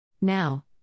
Now